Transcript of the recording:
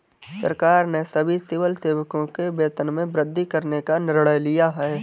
सरकार ने सभी सिविल सेवकों के वेतन में वृद्धि करने का निर्णय लिया है